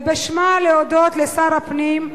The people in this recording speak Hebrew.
ובשמה להודות לשר הפנים,